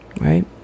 right